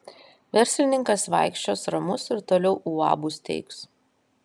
verslininkas vaikščios ramus ir toliau uabus steigs